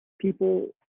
people